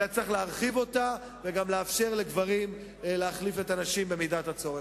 צריך להרחיב אותה וגם לאפשר לגברים להחליף את הנשים במידת הצורך.